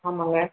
ஆமாங்க